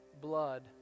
blood